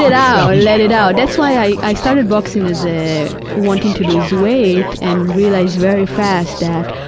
it out, let it out. that's why i i started boxing as ah wanting to lose weight and realize very fast that,